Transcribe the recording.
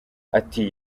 ati